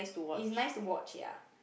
it's nice to watch ya